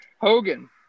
Hogan